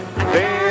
Baby